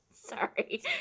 Sorry